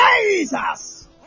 Jesus